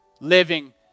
Living